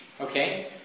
okay